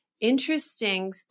interesting